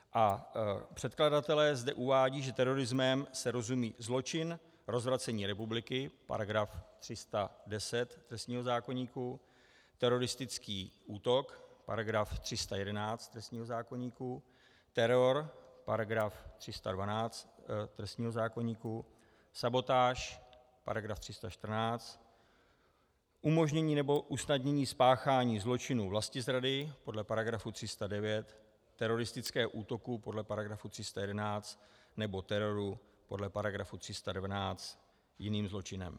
A předkladatelé zde uvádějí, že terorismem se rozumí zločin rozvracení republiky § 310 trestního zákoníku, teroristický útok § 311 trestního zákoníku, teror § 312 trestního zákoníku, sabotáž § 314, umožnění nebo usnadnění spáchání zločinu vlastizrady podle § 309, teroristického útoku podle § 311 nebo teroru podle § 312 jiným zločinem.